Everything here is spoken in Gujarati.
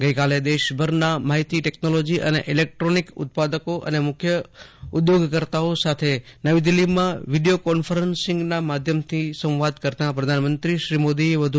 ગઇકાલ દેશભરના માહિતી ટેકનોલોજી અને ઇલેક્ટ્રોનિક ઉત્પાદકો અને મુખ્ય ઉદ્યોગકર્તાઓ સાથે નવી દિલ્હીમાં વીડિયો કોન્ફરન્સિંગના માધ્યમથી સંવાદ કરતાં પ્રધાનમંત્રીએ આમ જણાવ્યું હતું